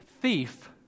thief